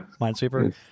Minesweeper